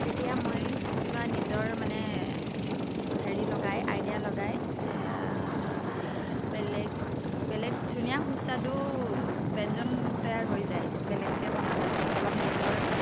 তেতিয়া মই কিবা নিজৰ মানে হেৰি লগাই আইডিয়া লগাই বেলেগ বেলেগ ধুনীয়া সুস্বাদু ব্যঞ্জন তৈয়াৰ হৈ যায় বেলেগকৈ বনালেও অলপ নিজৰ